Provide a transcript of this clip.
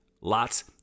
lots